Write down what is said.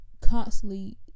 constantly